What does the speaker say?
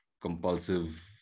compulsive